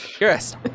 yes